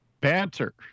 Banter